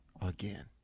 again